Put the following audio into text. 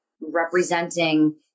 representing